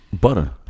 Butter